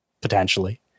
Potentially